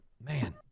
man